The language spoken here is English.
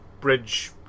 bridge